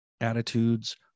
attitudes